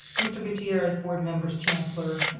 mr. gutierrez, board members, chancellor.